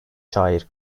şair